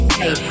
hey